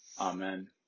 amen